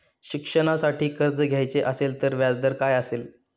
शिक्षणासाठी कर्ज घ्यायचे असेल तर व्याजदर काय असेल?